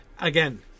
again